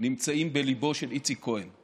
נמצאים בליבו של איציק כהן.